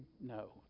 no